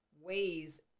ways